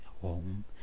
home